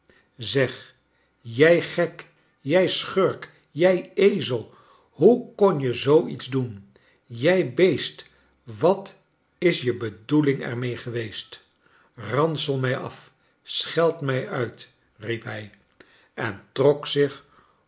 g jij gek jij schurk jij ezel hoe kon je zoo iets doen jij beest wat is je bedoeling er mee geweest hansel mij af scheld mij uit riep hij en trok zich